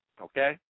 okay